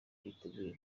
twiteguye